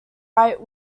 right